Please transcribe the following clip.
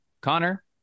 Connor